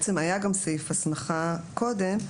היה סעיף הסמכה עוד קודם,